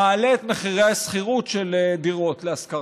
מעלה את מחירי השכירות של דירות להשכרה.